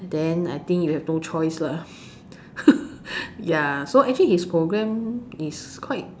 then I think you have no choice lah ya so actually his program is quite